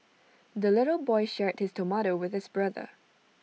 the little boy shared his tomato with his brother